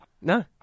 No